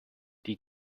die